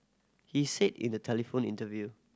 he said in a telephone interview